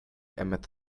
emmett